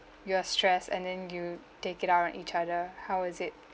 you're stressed and then you take it out on each other how was it